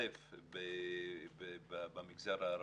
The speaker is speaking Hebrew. ראשית, במגזר הערבי,